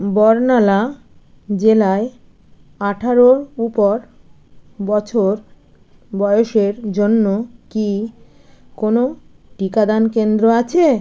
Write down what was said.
বর্নালা জেলায় আঠারোর উপর বছর বয়সের জন্য কি কোনও টিকাদান কেন্দ্র আছে